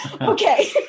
okay